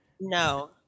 No